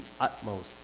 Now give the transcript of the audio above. utmost